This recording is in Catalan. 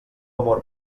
amor